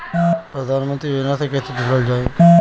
प्रधानमंत्री योजना से कैसे जुड़ल जाइ?